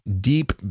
deep